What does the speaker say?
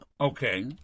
Okay